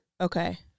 Okay